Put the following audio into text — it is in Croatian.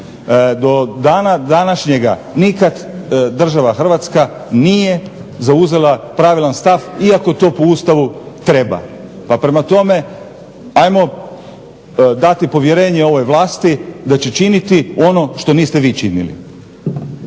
Do dana današnjega nikada država Hrvatska nije zauzela pravilan stav iako to po Ustavu treba. pa prema tome, ajmo dati povjerenje ovoj vlasti da će činiti ono što niste vi činili.